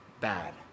bad